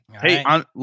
Hey